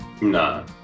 Nah